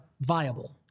viable